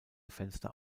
fenster